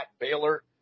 Baylor